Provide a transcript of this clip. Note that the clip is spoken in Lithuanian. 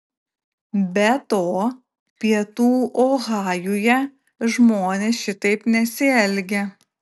be to pietų ohajuje žmonės šitaip nesielgia